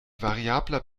variabler